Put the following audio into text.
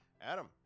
Adam